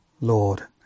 Lord